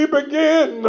begin